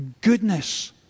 goodness